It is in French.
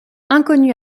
inconnu